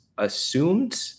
assumed